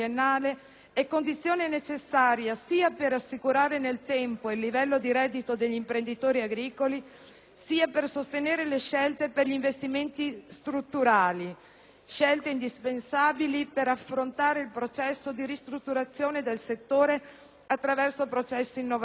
è condizione necessaria, sia per assicurare nel tempo il livello di reddito degli imprenditori agricoli, sia per sostenere le scelte per gli investimenti strutturali. Questi ultimi, indispensabili per affrontare il processo di ristrutturazione del settore attraverso processi innovativi,